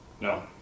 No